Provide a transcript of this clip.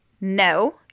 No